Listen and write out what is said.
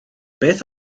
beth